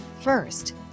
First